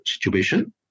situation